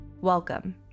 Welcome